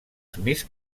smith